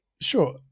Sure